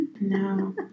No